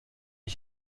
ich